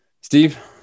Steve